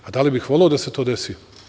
A da li bih voleo da se to desi?